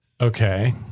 okay